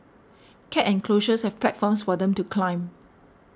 cat enclosures have platforms for them to climb